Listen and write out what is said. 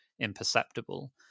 imperceptible